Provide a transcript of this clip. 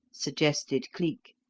suggested cleek,